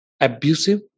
abusive